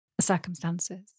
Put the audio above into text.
circumstances